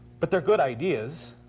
but they're good ideas.